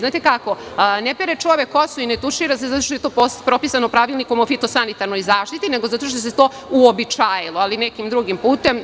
Ne pere čovek kosu i ne tušira se zato što je to propisano pravilnikom o fitosanitarnoj zaštiti, nego zato što se to uobičajilo, ali nekim drugim putem.